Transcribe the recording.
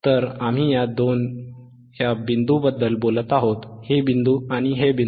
तर आम्ही या 2 या बिंदूबद्दल बोलत आहोत हे बिंदू आणि हे बिंदू